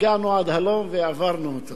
הגענו עד הלום והעברנו אותו.